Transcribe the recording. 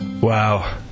Wow